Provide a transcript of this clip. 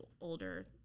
older